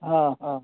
हँ हँ